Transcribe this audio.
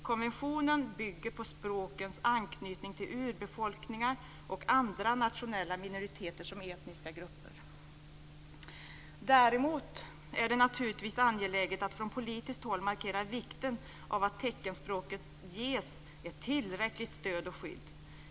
Konventionen bygger på språkens anknytning till urbefolkningar och andra nationella minoriteter som etniska grupper. Däremot är det naturligtvis angeläget att från politiskt håll markera vikten av att teckenspråket ges ett tillräckligt stöd och skydd.